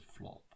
flop